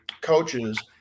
coaches –